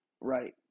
right